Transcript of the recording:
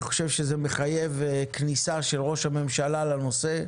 אני חושב שזה מחייב כניסה של ראש הממשלה לנושא,